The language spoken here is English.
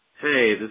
Hey